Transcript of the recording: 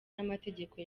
n’amategeko